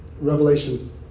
Revelation